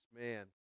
Man